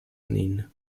nin